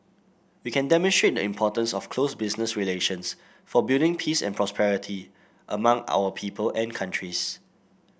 we can demonstrate the importance of close business relations for building peace and prosperity among our people and countries